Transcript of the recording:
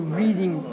reading